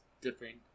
different